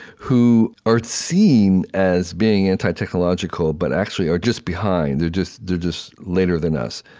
who are seen as being anti-technological but actually are just behind. they're just they're just later than us.